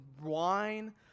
wine